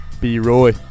B-Roy